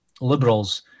liberals